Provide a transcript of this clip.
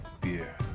beer